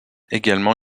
également